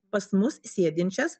pas mus sėdinčias